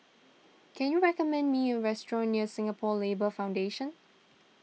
can you recommend me a restaurant near Singapore Labour Foundation